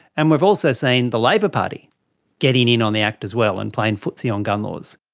and we've also seen the labor party getting in on the act as well and playing footsie on gun laws.